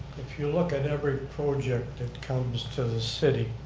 if you look at every project that comes to the city,